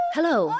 Hello